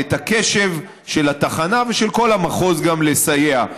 וגם את הקשב של התחנה ושל כל המחוז לסייע.